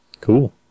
Cool